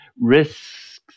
risks